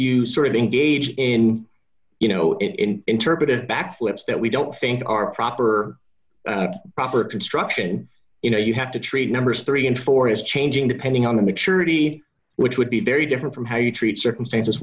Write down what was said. you sort of engage in you know it in interpretive backflips that we don't think are proper proper construction you know you have to treat numbers three and four it's changing depending on the maturity which would be very different from how you treat circumstances